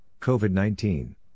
COVID-19